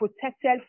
protected